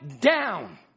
down